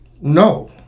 no